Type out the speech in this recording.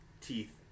teeth